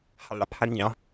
Jalapeno